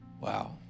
Wow